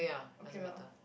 okay lor